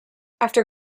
after